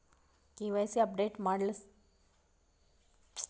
KYC update ಮಾಡಸ್ಲಕ ಏನೇನ ಕೊಡಬೇಕಾಗ್ತದ್ರಿ?